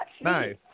Nice